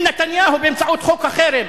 בנימין נתניהו באמצעות חוק החרם,